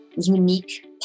unique